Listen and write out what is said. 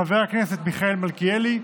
חבר הכנסת מיכאל מלכיאלי,